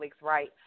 right